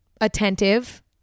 attentive